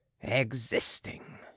existing